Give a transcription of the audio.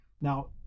Now